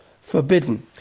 forbidden